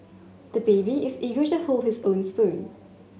the baby is eager to hold his own spoon